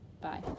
Bye